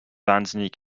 wahnsinnig